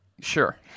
Sure